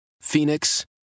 Phoenix